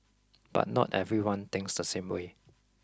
but not everyone thinks the same way